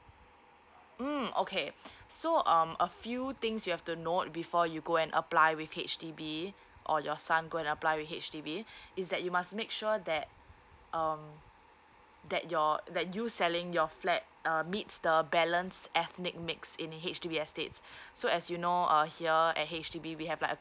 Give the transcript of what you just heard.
mm okay so um a few things you have the note before you go and apply with H_D_B or your son go and apply with H_D_B is that you must make sure that um that your that you selling your flat uh meets the balance ethnic mix in H_D_B estates so as you know err here at H_D_B we have like a